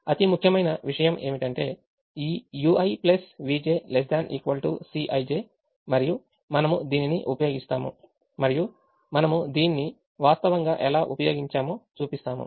అతి ముఖ్యమైన విషయం ఏమిటంటే ఈ ui vj ≤ Cij మరియు మనము దీనిని ఉపయోగిస్తాము మరియు మనము దీన్ని వాస్తవంగా ఎలా ఉపయోగించామో చూపిస్తాము